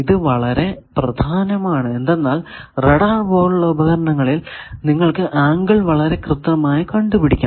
ഇത് വളരെ പ്രധാനമാണ് എന്തെന്നാൽ റഡാർ പോലുള്ള ഉപകരണങ്ങളിൽ നിങ്ങൾക്കു ആംഗിൾ വളരെ കൃത്യമായി കണ്ടു പിടിക്കണം